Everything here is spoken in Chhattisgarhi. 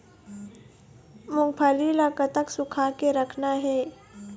मूंगफली ला कतक सूखा के रखना हे?